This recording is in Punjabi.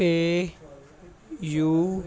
ਪੇਯੂ